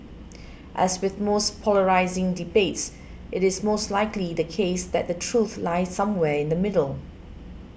as with most polarising debates it is most likely the case that the truth lies somewhere in the middle